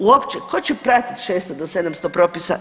Uopće tko će pratiti 600 do 700 propisa?